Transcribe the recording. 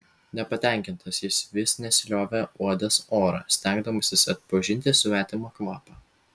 nepatenkintas jis vis nesiliovė uodęs orą stengdamasis atpažinti svetimą kvapą